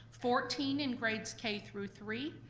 fourteen in grades k through three,